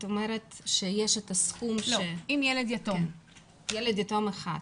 ילד יתום אחד,